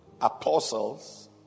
Apostles